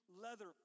leather